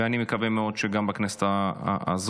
ואני מקווה מאוד שגם בכנסת הזאת,